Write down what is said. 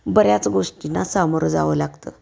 बऱ्याच गोष्टींना सामोरं जावं लागतं